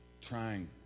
trying